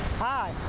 hi!